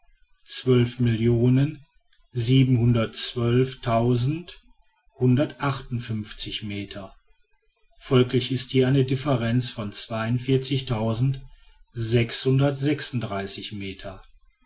meter folglich ist hier eine differenz von meter